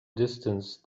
distance